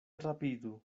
rapidu